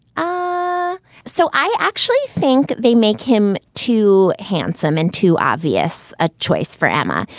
um so i actually think they make him too handsome and too obvious a choice for emma.